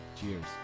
Cheers